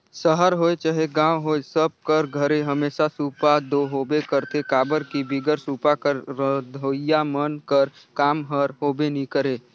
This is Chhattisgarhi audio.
सहर होए चहे गाँव होए सब कर घरे हमेसा सूपा दो होबे करथे काबर कि बिगर सूपा कर रधोइया मन कर काम हर होबे नी करे